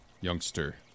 youngster